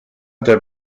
der